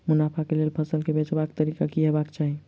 मुनाफा केँ लेल फसल केँ बेचबाक तरीका की हेबाक चाहि?